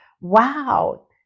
wow